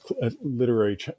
literary